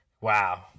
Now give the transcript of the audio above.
Wow